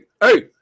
hey